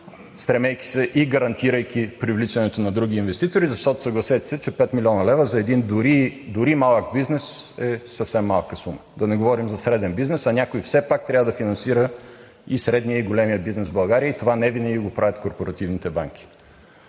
стремейки се и гарантирайки привличането на други инвеститори? Защото, съгласете се, че 5 млн. лв. за един дори и малък бизнес е съвсем малка сума, да не говорим за среден бизнес, а някой все пак трябва да финансира и средния, и големия бизнес в България, и това невинаги го правят корпоративните банки.